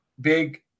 big